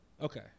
Okay